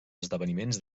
esdeveniments